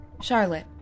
Charlotte